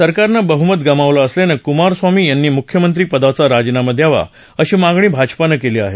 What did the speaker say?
सरकारन बहमत गमावलं असल्यानं कुमारस्वामी यांनी मुख्यमंत्रीपदाचा राजीनामा द्यावा अशी मागणी भाजपानं केली आहे